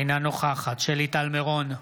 אינה נוכחת שלי טל מירון,